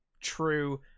true